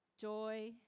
joy